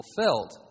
fulfilled